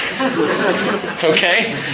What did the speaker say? okay